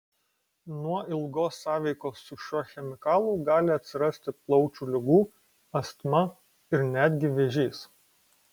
nuo ilgos sąveikos su šiuo chemikalu gali atsirasti plaučių ligų astma ir netgi vėžys